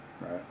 right